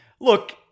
look